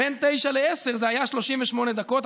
בין 9:00 ל-10:00 זה היה 38 דקות,